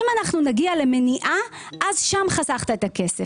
אם אנחנו נגיע למניעה, אז שם חסכת את הכסף.